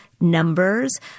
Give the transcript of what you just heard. numbers